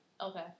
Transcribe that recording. Okay